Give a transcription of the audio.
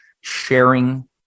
sharing